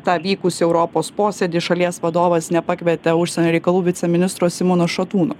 tą vykusį europos posėdį šalies vadovas nepakvietė užsienio reikalų viceministro simono šatūno